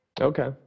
Okay